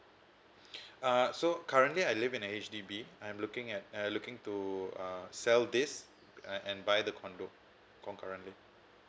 uh so currently I live in a H_D_B I'm looking at I'm looking to uh sell this uh and buy the condominium concurrently